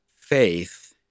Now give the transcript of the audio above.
faith